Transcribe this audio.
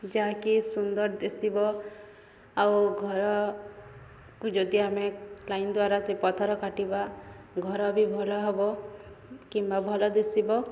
ଯାହାକି ସୁନ୍ଦର ଦିଶିବ ଆଉ ଘରକୁ ଯଦି ଆମେ ଲାଇନ ଦ୍ୱାରା ସେ ପଥର କାଟିବା ଘର ବି ଭଲ ହବ କିମ୍ବା ଭଲ ଦିଶିବ